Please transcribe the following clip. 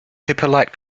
hippolyte